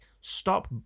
stop